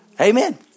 Amen